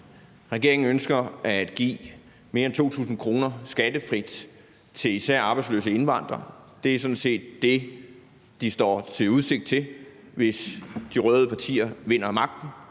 Regeringen ønsker at give mere end 2.000 kr. skattefrit til især arbejdsløse indvandrere. Det er sådan set det, de har udsigt til at få, hvis de røde partier vinder magten.